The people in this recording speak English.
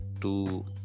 two